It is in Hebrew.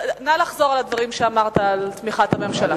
נא לחזור על הדברים שאמרת, על תמיכת הממשלה.